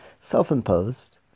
Self-imposed